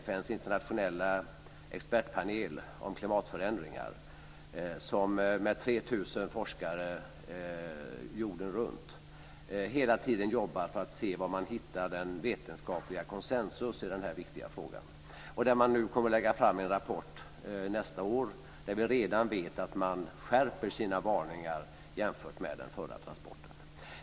FN:s internationella expertpanel om klimatförändringar har 3 000 forskare jorden runt som hela tiden jobbar för att hitta en vetenskaplig konsensus i den här viktiga frågan. Man kommer nästa år att lägga fram en rapport, och vi vet redan att man där skärper sina varningar jämfört med den förra rapporten.